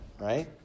right